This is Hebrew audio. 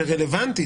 זה רלוונטי,